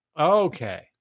okay